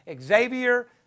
Xavier